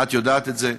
את יודעת את זה.